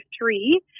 three